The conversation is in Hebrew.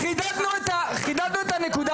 חידדנו את הנקודה.